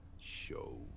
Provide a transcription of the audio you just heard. show